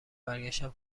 برگشتم